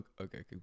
Okay